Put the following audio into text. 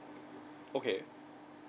okay